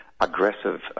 aggressive